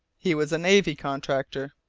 he was a navy contractor.